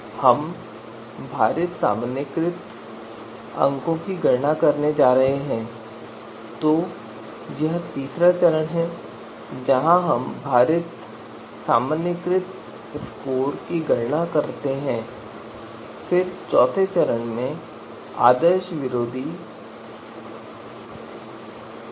तो एन विकल्प हैं और एम मानदंड हैं तो i उस श्रेणी 1 से m को इंगित करता है और फिर हमारे पास निर्णय मैट्रिक्स भी होता है जिसे पूंजी X का उपयोग करके दर्शाया जा रहा है और इस विशेष मैट्रिक्स के तत्वों को छोटे xai के रूप में दर्शाया जा रहा है जहां a विकल्प के लिए है जो पंक्तियों से जुड़े होने जा रहे हैं और फिर i मानदंड को इंगित करता है